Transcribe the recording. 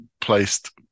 placed